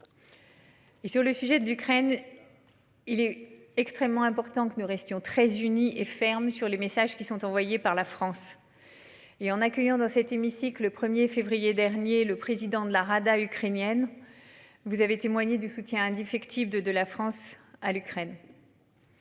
Et sur le sujet de l'Ukraine. Il est extrêmement important que nous restions très unis et fermes sur les messages qui sont envoyés par la France. Et en accueillant dans cet hémicycle le 1er février dernier, le président de la Rada ukrainienne. Vous avez témoigné du soutien indéfectible de de la France à l'Ukraine.